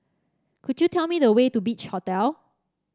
could you tell me the way to Beach Hotel